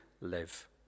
live